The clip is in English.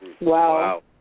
Wow